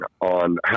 on